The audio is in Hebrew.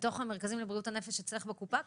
בתוך המרכזים לבריאות הנפש אצלך בקופה,